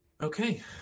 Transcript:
Okay